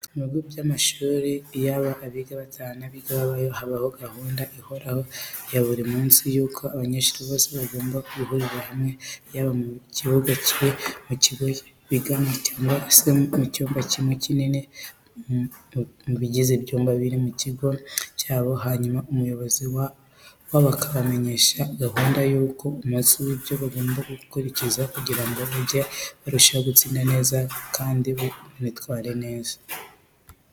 Mu bigo by'amashuri yaba abiga bataha n'abiga babayo, habaho gahunda ihoraho ya buri munsi y'uko abanyeshuri bose bagomba guhurira hamwe, yaba mu kibuga kiri mu kigo bigamo cyangwa se mu cyumba kimwe kinini mu bigize ibyumba biri mu kigo cyabo, hanyuma umuyobozi wabo akabamenyesha gahunda y'uwo munsi n'ibyo bagomba gukurikiza kugira ngo bajye barushaho gutsinda neza kandi banitwara neza.